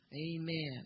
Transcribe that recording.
Amen